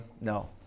No